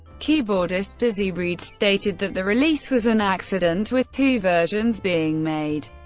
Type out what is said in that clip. keyboardist dizzy reed stated that the release was an accident, with two versions being made,